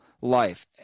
life